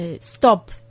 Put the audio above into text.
stop